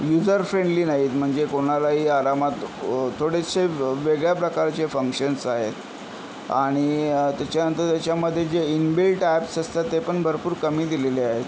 user friendly नाहीत म्हणजे कोणालाही आरामात थोडेसे वेगळ्या प्रकारचे फंक्शन्स आहेत आणि त्याच्यानंतर त्याच्यामध्ये जे इनबिल्ट ॲप्स असतात ते पण भरपूर कमी दिलेले आहेत